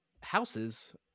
houses